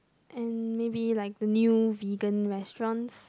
and maybe like the new vegan restaurants